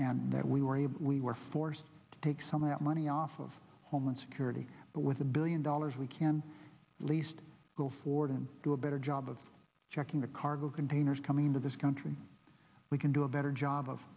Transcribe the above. able we were forced to take some of that money off of homeland security but with the billion dollars we can least go forward and do a better job of checking the cargo containers coming into this country we can do a better job of